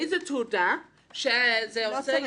איזו תעודה --- לא צריך